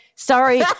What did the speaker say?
Sorry